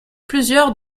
plusieurs